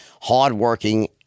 hardworking